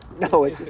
No